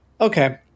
okay